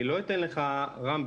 רם,